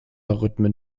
rhythmen